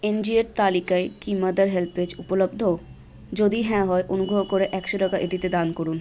এনজিওর তালিকায় কি মাদার হেল্পেজ উপলব্ধ যদি হ্যাঁ হয় অনুগ্রহ করে একশো টাকা এটিতে দান করুন